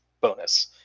bonus